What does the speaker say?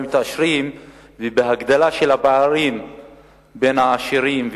וההגדלה של הפערים בין העשירים,